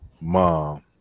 mom